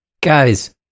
Guys